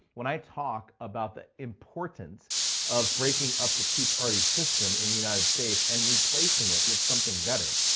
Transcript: when i talk about the importance of breaking up the two party system in the united states and replacing it with something better,